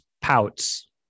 pouts